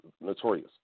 Notorious